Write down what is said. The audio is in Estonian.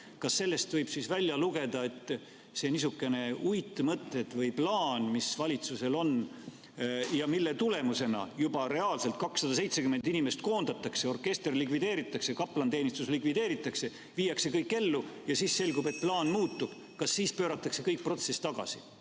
Kas sellest võib siis välja lugeda, et kui niisugused uitmõtted või plaan, mis valitsusel on ja mille tulemusena juba reaalselt 270 inimest koondatakse, orkester likvideeritakse, kaplaniteenistus likvideeritakse, viiakse kõik ellu ja siis selgub, et plaan muutub, siis pööratakse ka protsess tagasi?